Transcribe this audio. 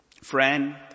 friend